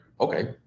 okay